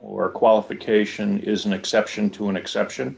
or qualification is an exception to an exception